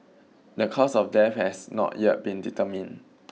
the cause of death has not yet been determined